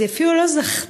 אז היא אפילו לא זכתה